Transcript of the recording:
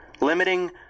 limiting